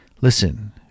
Listen